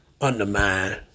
undermine